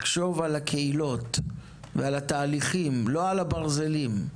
לחשוב על הקהילות ועל התהליכים, לא על הברזלים.